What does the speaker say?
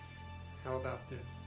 how about this,